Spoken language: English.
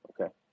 Okay